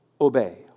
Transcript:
obey